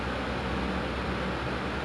I miss painting and drawing